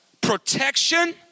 protection